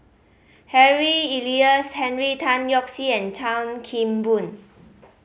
Harry Elias Henry Tan Yoke See and Chan Kim Boon